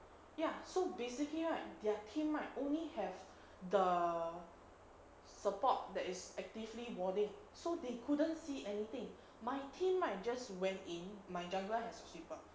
ya so basically right their team right only have the support that is actively boarding so they couldn't see anything my team might just went in my jungle has sweeper